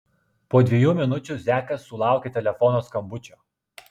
po dviejų minučių zekas sulaukė telefono skambučio